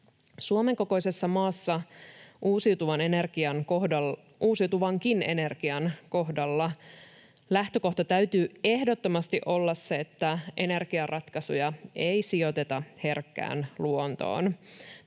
Suomen kokoisessa maassa uusiutuvankin energian kohdalla lähtökohta täytyy ehdottomasti olla se, että energiaratkaisuja ei sijoiteta herkkään luontoon.